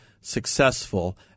successful